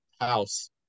house